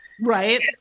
Right